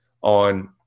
on